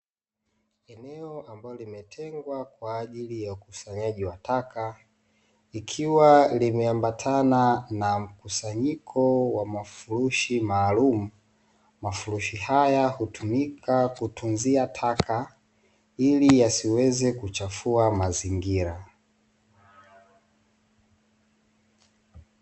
Eneo ambalo limetengwa kwa ajili ya ukusanyaji wa taka likiwa limeambatana na mkusanyiko wa mafurushi maalumu, mafurushi haya hutumika kutunzia taka ili yasiweze kuchafua mazingira.